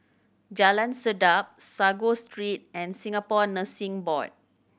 Jalan Sedap Sago Street and Singapore Nursing Board